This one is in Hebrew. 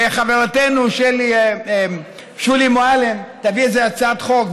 וחברתנו שולי מועלם תביא הצעת חוק,